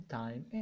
time